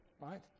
right